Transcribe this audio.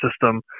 system